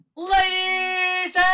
Ladies